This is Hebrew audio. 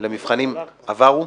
למבחנים עברו,